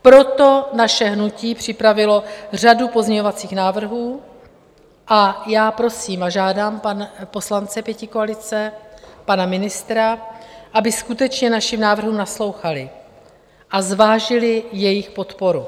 Proto naše hnutí připravilo řadu pozměňovacích návrhů a já prosím a žádám poslance pětikoalice, pana ministra, aby skutečně našim návrhům naslouchali a zvážili jejich podporu.